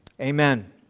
Amen